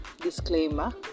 Disclaimer